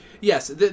yes